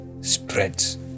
spreads